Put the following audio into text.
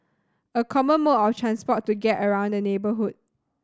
a common mode of transport to get around the neighbourhood